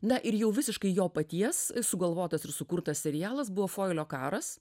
na ir jau visiškai jo paties sugalvotas ir sukurtas serialas buvo foilio karas